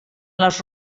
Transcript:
les